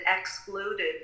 excluded